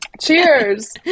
cheers